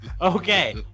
okay